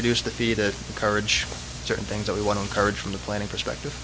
reduce the fee that coverage certain things that we want to encourage from the planning perspective